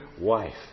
wife